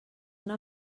una